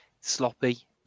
sloppy